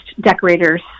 decorator's